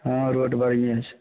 हँ रोड बढ़िए छै